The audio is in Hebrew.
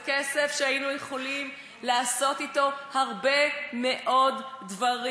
זה כסף שהיינו יכולים לעשות אתו הרבה מאוד דברים.